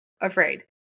afraid